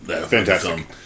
fantastic